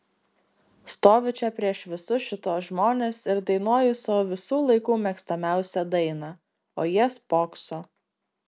stoviu čia prieš visus šituos žmones ir dainuoju savo visų laikų mėgstamiausią dainą o jie spokso